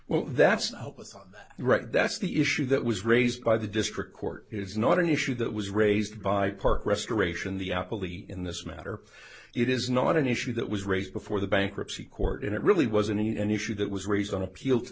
well that's right that's the issue that was raised by the district court is not an issue that was raised by park restoration the apple e in this matter it is not an issue that was raised before the bankruptcy court and it really was an issue that was raised on appeal to